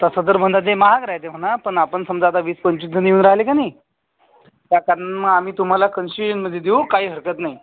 तसं तर म्हटलं ते महाग राहते म्हणा पण आपण समजा आता वीस पंचवीस जण येऊन राहिले का नाही त्या कारणानं मग आम्ही तुम्हाला कन्शियनमध्ये देऊ काही हरकत नाही